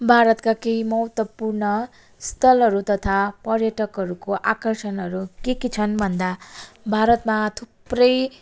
भारतका केही महत्त्वपूर्ण स्थलहरू तथा पर्यटकहरूको आकर्षणहरू के के छन् भन्दा भारतमा थुप्रै